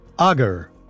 agar